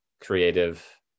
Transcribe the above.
creative